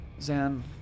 Zan